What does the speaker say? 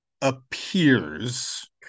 appears